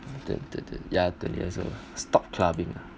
the the the ya twenty years old stop clubbing ah